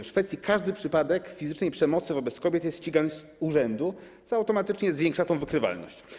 W Szwecji każdy przypadek fizycznej przemocy wobec kobiet jest ścigany z urzędu, co automatycznie zwiększa wykrywalność przestępstw.